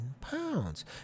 pounds